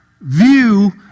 view